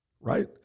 right